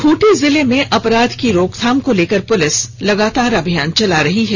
खूंटी जिले में अपराध की रोकथाम को लेकर पुलिस लगातार अभियान चला रही है